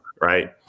right